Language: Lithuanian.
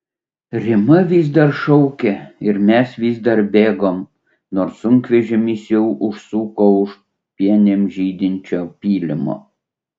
rima vis dar šaukė ir mes vis dar bėgom nors sunkvežimis jau užsuko už pienėm žydinčio pylimo